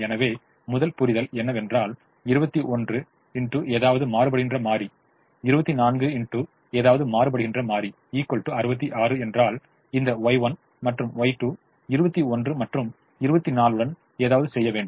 எனவே முதல் புரிதல் என்னவென்றால் 21 x ஏதாவது மாறுபடுகின்ற மாறி 24 x ஏதாவது மாறுபடுகின்ற மாறி 66 என்றால் இந்த Y1 மற்றும் Y2 21 மற்றும் 24 உடன் ஏதாவது செய்ய வேண்டும்